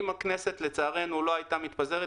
אם הכנסת לא הייתה מתפזרת,